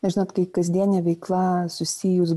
na žinot tai kasdienė veikla susijus